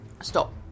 Stop